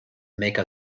make